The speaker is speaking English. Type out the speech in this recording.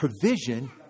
provision